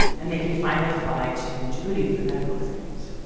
and they can finally fly to djibouti for the medical exams.